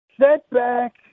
setback